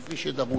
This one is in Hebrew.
כפי שדרוש.